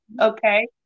Okay